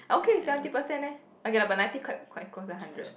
I okay with seventy percent leh okay lah but ninety quite quite close to hundred